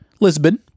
Lisbon